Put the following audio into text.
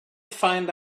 find